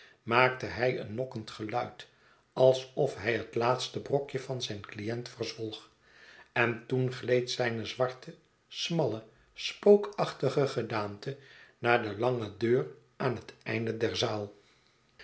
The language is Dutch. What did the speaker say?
maakte hij een nokkend geluid alsof hij het laatste brokje van zijn cliënt verzwolg en toen gleed zijne zwarte smalle spookachtige gedaante naar de lange deur aan het einde der zaal